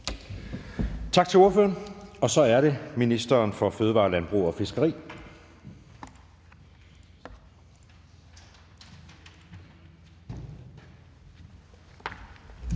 Tak til ordføreren. Så er det ministeren for fødevarer, landbrug og fiskeri.